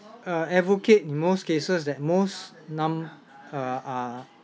uh advocate most cases that most num~ uh uh